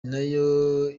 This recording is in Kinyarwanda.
nayo